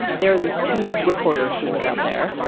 there are these two reporters who live out there.